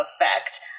effect